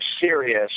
serious